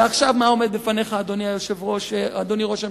ועכשיו, מה עומד בפניך, אדוני ראש הממשלה?